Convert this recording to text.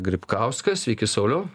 gripkauskas sveiki sauliau